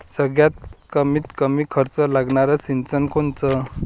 सगळ्यात कमीत कमी खर्च लागनारं सिंचन कोनचं?